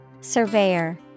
Surveyor